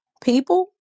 people